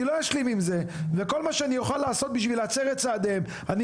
אני לא אשלים עם זה וכל מה שאני אוכל לעשות בשביל להצר את צעדיהם אני